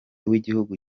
w’igihugu